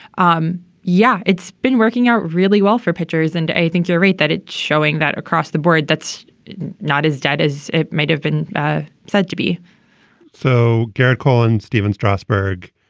um yeah, it's been working out really well for pitchers. and i think you're right that it's showing that across the board that's not as dead as it might have been ah said to be so. garrett collins, stephen strasburg,